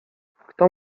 kto